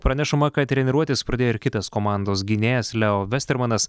pranešama kad treniruotis pradėjo ir kitas komandos gynėjas leo vestermanas